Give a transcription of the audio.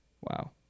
Wow